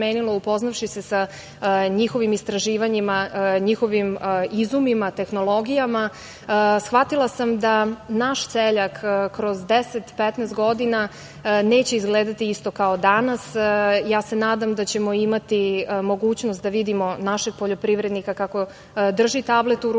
upoznavši se sa njihovim istraživanjima, njihovim izumima, tehnologijama. Shvatila sam da naš seljak kroz deset, petnaest godina neće izgledati isto kao danas. Ja se nadam da ćemo imati mogućnost da vidimo našeg poljoprivrednika kako drži tablet u ruci